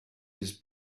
his